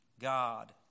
God